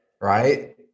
Right